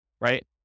right